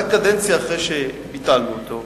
רק קדנציה אחרי שביטלנו אותו,